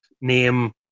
name